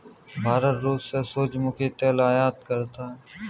भारत रूस से सूरजमुखी तेल आयात करता हैं